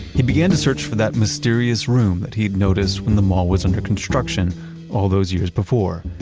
he began to search for that mysterious room that he had noticed when the mall was under construction all those years before.